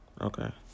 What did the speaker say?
Okay